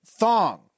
thong